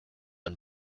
and